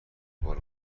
بار